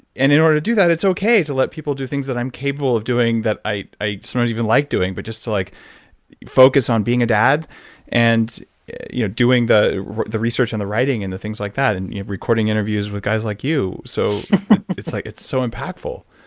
in order to do that, it's okay to let people do things that i'm capable of doing that i i sort of even like doing but just to like focus on being a dad and you know doing the the research and the writing and the things like that, and you know recording interviews with guys like you. so it's like it's so impactful.